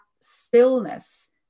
stillness